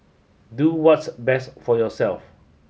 do what's best for yourself